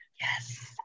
Yes